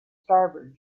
starboard